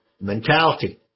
mentality